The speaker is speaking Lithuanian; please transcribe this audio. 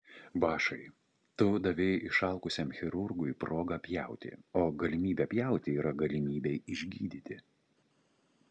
bašai tu davei išalkusiam chirurgui progą pjauti o galimybė pjauti yra galimybė išgydyti